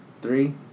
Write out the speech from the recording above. Three